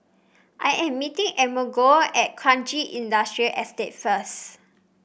I am meeting Amerigo at Kranji Industrial Estate first